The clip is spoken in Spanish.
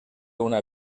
una